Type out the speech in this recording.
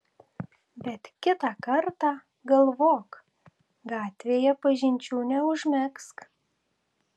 bet kitą kartą galvok gatvėje pažinčių neužmegzk